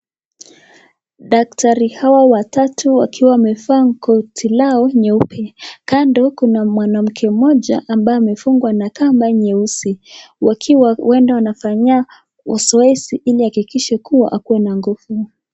Daktari hawa watatu wakiwa wamevaa koti lao nyeupe. Kando kuna mwanamke mmoja ambaye amefungwa na kamba nyeusi wakiwa huenda wanamfanyia zoezi ili wahakikishe kuwa akuwe na nguvu.